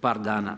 par dana.